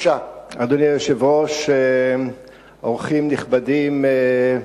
אדוני היושב-ראש, אורחים נכבדים,